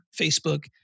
Facebook